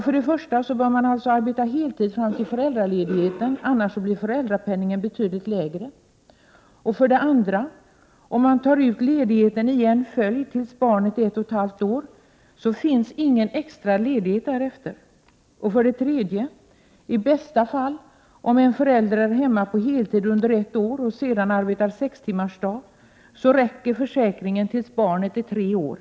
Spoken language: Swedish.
För det första: Man måste arbeta heltid fram till föräldraledigheten, för annars blir föräldrapenningen betydligt lägre. För det andra: Om man tar ut ledigheten i en följd tills barnet är ett och ett halvt år, finns ingen extra ledighet därefter. För det tredje: Om en förälder är hemma på heltid under ett år och sedan arbetar sextimmarsdagar, räcker försäkringen i bästa fall tills barnet är tre år.